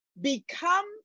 become